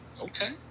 Okay